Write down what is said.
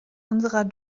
unserer